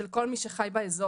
של כל מי שחי באזור.